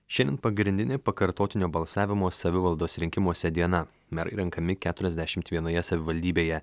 šiandien pagrindinė pakartotinio balsavimo savivaldos rinkimuose diena merai renkami keturiasdešimt vienoje savivaldybėje